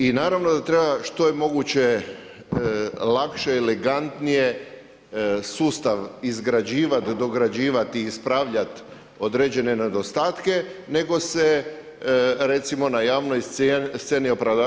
I naravno da treba što je moguće lakše i elegantnije sustav izgrađivat, dograđivati, ispravljat određene nedostatke, nego se recimo na javnoj sceni opravdavat.